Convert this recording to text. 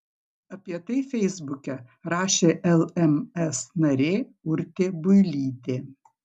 apie tai feisbuke rašė lms narė urtė builytė